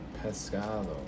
Pescado